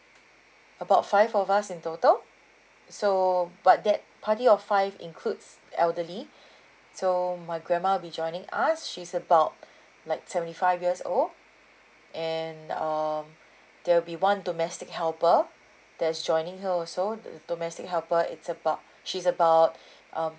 about five of us in total so but that party of five includes elderly so my grandma will be joining us she's about like seventy five years old and um there will be one domestic helper that's joining her also the domestic helper is about she's about um